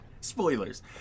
Spoilers